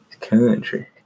Country